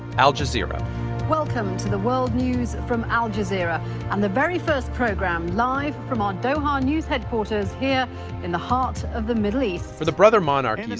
al-jazeera welcome to the world news from al-jazeera and the very first program live from out um doha news headquarters here in the heart of the middle east for the brother monarchies,